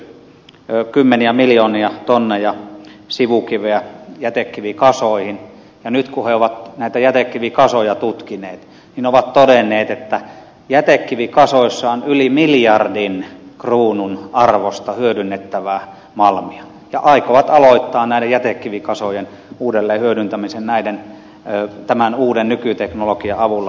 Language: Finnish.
siellä on läjitetty kymmeniä miljoonia tonneja sivukiveä jätekivikasoihin ja nyt kun he ovat näitä jätekivikasoja tutkineet he ovat todenneet että jätekivikasoissa on yli miljardin kruunun arvosta hyödynnettävää malmia ja aikovat aloittaa näiden jätekivikasojen uudelleen hyödyntämisen tämän uuden nykyteknologian avulla